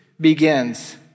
begins